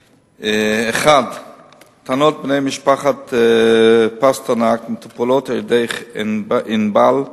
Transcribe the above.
1. טענות בני משפחת פסטרנק מטופלות על-ידי "ענבל",